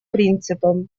принципом